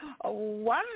one